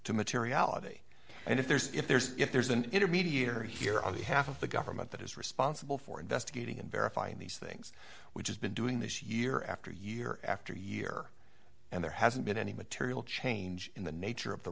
to materiality and if there's if there's if there's an intermediary here on behalf of the government that is responsible for investigating and verifying these things which has been doing this year after year after year and there hasn't been any material change in the nature of the